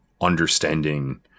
understanding